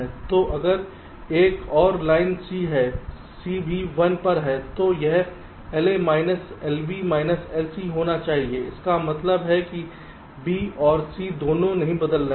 तो अगर एक और लाइन C है C भी 1 पर है तो यह LA minus LB minus LC होना चाहिए इसका मतलब है कि B और C दोनों नहीं बदल रहे हैं